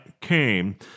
came